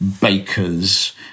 bakers